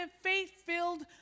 faith-filled